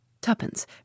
Tuppence